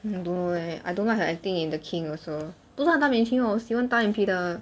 don't know leh I don't like her acting in the king also 不是很大明星我喜欢但脸皮的